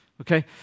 okay